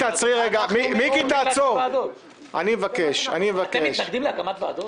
אתם מתנגדים להקמת ועדות?